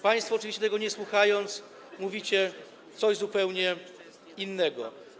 Państwo oczywiście, tego nie słuchając, mówicie coś zupełnie innego.